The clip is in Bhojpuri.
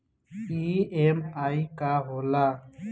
ई.एम.आई का होला?